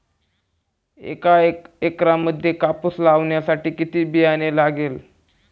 एका एकरामध्ये कापूस लावण्यासाठी किती बियाणे लागेल?